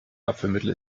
abführmittel